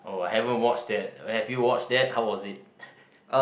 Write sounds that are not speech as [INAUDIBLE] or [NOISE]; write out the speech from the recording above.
oh I haven't watch that have you watch that how was it [LAUGHS]